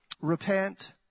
repent